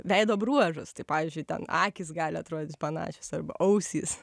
veido bruožus tai pavyzdžiui ten akys gali atrodyt panašios arba ausys